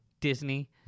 Disney